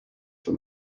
for